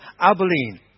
Abilene